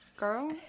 girl